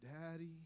Daddy